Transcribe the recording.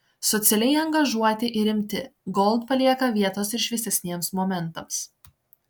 socialiai angažuoti ir rimti gold palieka vietos ir šviesesniems momentams